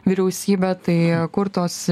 vyriausybė tai kur tos